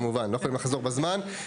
טוב, צהרים טובים.